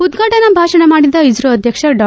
ಉದ್ಘಾಟನಾ ಭಾಷಣ ಮಾಡಿದ ಇಸ್ತೋ ಅಧ್ಯಕ್ಷ ಡಾ